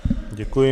Děkuji.